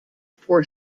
for